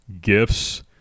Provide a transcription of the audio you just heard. gifts